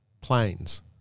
planes